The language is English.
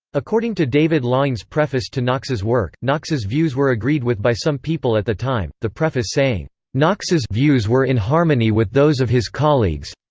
according to david laing's preface to knox's work, knox's views were agreed with by some people at the time, the preface saying, knox's views were in harmony with those of his colleagues.